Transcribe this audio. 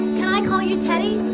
can i call you teddy?